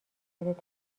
شرکت